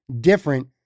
different